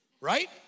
Right